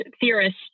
theorist